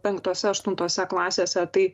penktose aštuntose klasėse tai